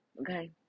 okay